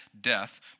death